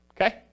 okay